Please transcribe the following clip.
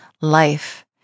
life